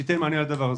כדי לתת מענה לדבר הזה.